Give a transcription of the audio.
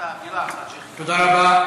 תודה רבה.